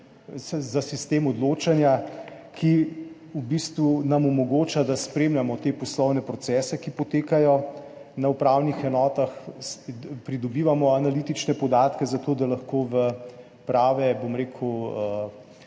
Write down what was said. za sistem odločanja, ki nam v bistvu omogoča, da spremljamo te poslovne procese, ki potekajo na upravnih enotah, pridobivamo analitične podatke, zato da lahko v prave smeri